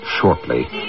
shortly